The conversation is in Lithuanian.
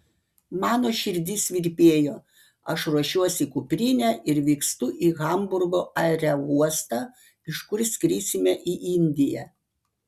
mano širdis virpėjo aš ruošiuosi kuprinę ir vykstu į hamburgo aerouostą iš kur skrisime į indiją